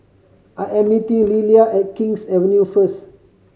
I am meeting Lelia at King's Avenue first